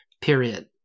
period